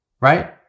right